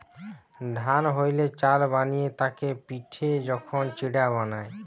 ধান হইতে চাল বানিয়ে তাকে পিটে যখন চিড়া বানায়